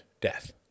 death